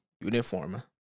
uniform